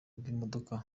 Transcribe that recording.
bw’imodoka